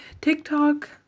tiktok